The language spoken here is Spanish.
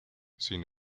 sin